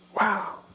Wow